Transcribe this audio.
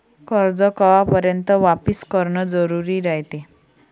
कर्ज कवापर्यंत वापिस करन जरुरी रायते?